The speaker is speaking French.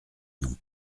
n’ont